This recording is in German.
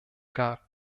gar